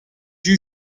you